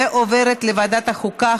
ועוברת לוועדת החוקה,